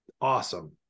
Awesome